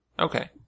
Okay